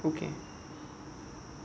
okay